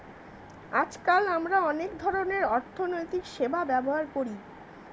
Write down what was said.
আজকাল আমরা অনেক ধরনের অর্থনৈতিক সেবা ব্যবহার করি